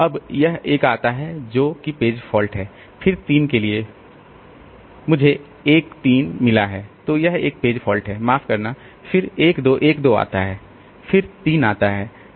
अब यह एक आता है जो कि पेज फॉल्ट हो फिर 3 के लिए मुझे 1 3 मिला है तो यह एक पेज फॉल्ट है माफ करना फिर 1212 आता है फिर 3 आता है